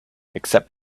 except